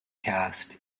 cast